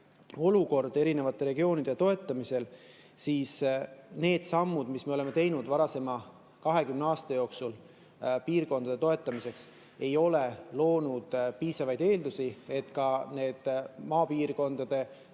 olukord eri regioonide toetamisega, siis näeme, et need sammud, mis me oleme teinud varasema 20 aasta jooksul piirkondade toetamiseks, ei ole loonud piisavaid eeldusi, et maapiirkondade, sageli